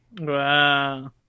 Wow